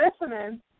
listening